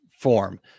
form